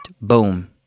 boom